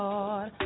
Lord